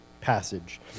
passage